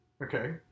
Okay